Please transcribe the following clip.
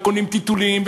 וקונים טיטולים,